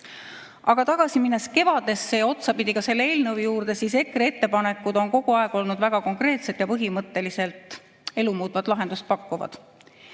minna tagasi kevadesse ja otsapidi ka selle eelnõu juurde, siis EKRE ettepanekud on kogu aeg olnud väga konkreetsed ja põhimõtteliselt elu muutvat lahendust pakkuvad.